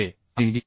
आहे आणिD